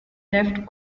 left